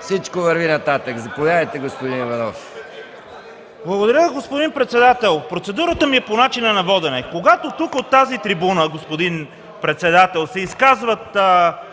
всичко върви нататък. Заповядайте, господин Иванов. СТАНИСЛАВ ИВАНОВ (ГЕРБ): Благодаря, господин председател. Процедурата ми е по начина на водене. Когато тук, от тази трибуна, господин председател, се изказват